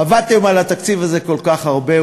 עבדתם על התקציב הזה כל כך הרבה,